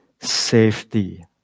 safety